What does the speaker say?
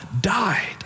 died